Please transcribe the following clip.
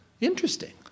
Interesting